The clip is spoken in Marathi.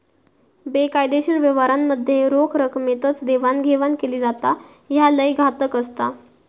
बेकायदेशीर व्यवहारांमध्ये रोख रकमेतच देवाणघेवाण केली जाता, ह्या लय घातक असता